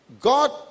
God